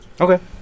Okay